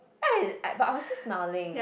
but I was just smiling